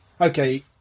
okay